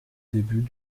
début